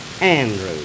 Andrew